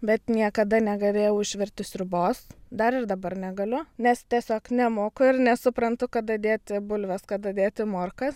bet niekada negalėjau išvirti sriubos dar ir dabar negaliu nes tiesiog nemoku ir nesuprantu kada dėti bulves kada dėti morkas